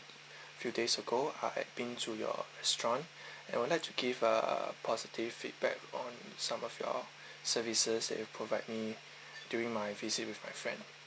few days ago I have been to your restaurant and would like to give a positive feedback on some of your services that you provide me during my visit with my friend